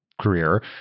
career